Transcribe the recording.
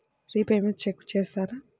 Repayments check చేస్తారా?